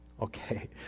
Okay